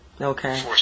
Okay